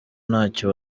ntacyo